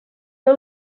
que